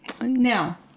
now